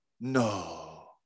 no